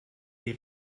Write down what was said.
les